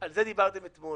על זה דיברתם אתמול.